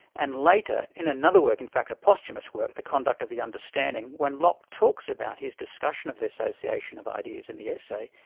and later, in another work, in fact a posthumous work, the conduct of the understanding, when locke talks about his discussion of the association of ideas in the essay,